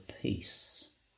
peace